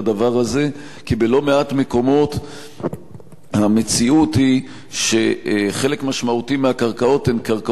כי בלא-מעט מקומות המציאות היא שחלק משמעותי מהקרקעות הן בבעלות פרטית,